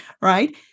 right